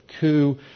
coup